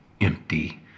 empty